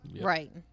Right